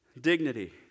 dignity